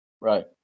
Right